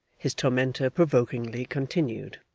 his tormentor provokingly continued